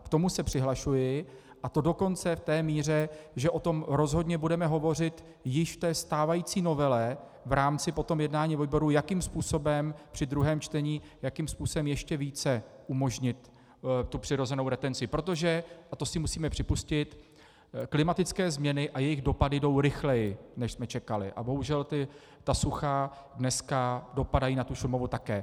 K tomu se přihlašuji, a to dokonce v té míře, že o tom rozhodně budeme hovořit již ve stávající novele v rámci potom jednání výboru při druhém čtení, jakým způsobem ještě více umožnit přirozenou retenci, protože, a to si musíme připustit, klimatické změny a jejich dopady jdou rychleji, než jsme čekali, a bohužel sucha dneska dopadají na Šumavu také.